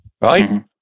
right